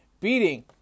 Beating